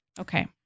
Okay